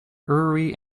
hurry